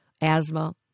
asthma